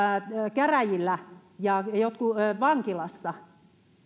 käräjillä ja jotkut vankilassa